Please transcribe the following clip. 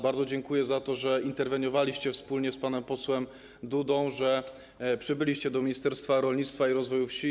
Bardzo dziękuję za to, że interweniowaliście wspólnie z panem posłem Dudą, że przybyliście do Ministerstwa Rolnictwa i Rozwoju Wsi.